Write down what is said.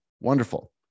wonderful